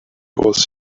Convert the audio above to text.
was